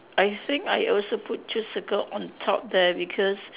I think I also put two circle on top there because